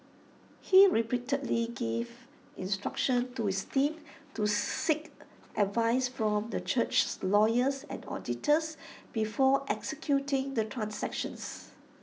he repeatedly gave instructions to his team to seek advice from the church's lawyers and auditors before executing the transactions